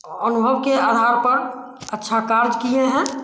और अनुभव के आधार पर अच्छा काम किए हैं